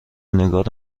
نگار